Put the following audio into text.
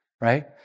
Right